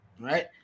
right